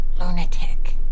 lunatic